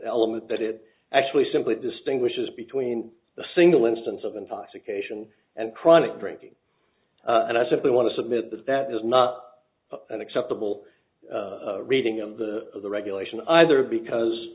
element but it actually simply distinguishes between the single instance of intoxication and chronic drinking and i simply want to submit that that is not an acceptable reading of the of the regulation either because